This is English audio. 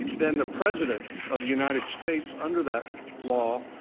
then the president of the united states, under that law,